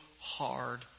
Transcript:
hard